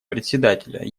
председателя